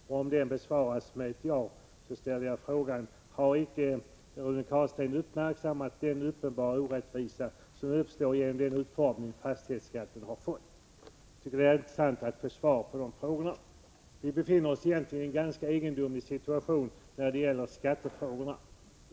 Om den frågan besvaras med ja, ställer jag frågan: Har icke Rune Carlstein uppmärksammat den uppenbara orättvisa som uppstår genom den utformning fastighetsskatten har fått? Jag tycker det är intressant att få ett svar på de frågorna. Vi befinner oss egentligen i en ganska egendomlig situation när det gäller skattefrågorna.